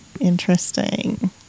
interesting